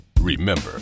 Remember